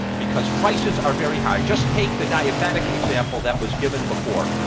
because prices are very high. just take the diabetic example that was given before.